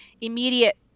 immediate